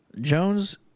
Jones